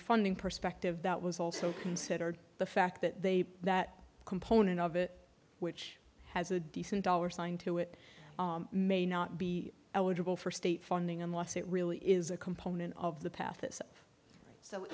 funding perspective that was also considered the fact that they that component of it which has a decent dollar sign to it may not be eligible for state funding unless it really is a component of the path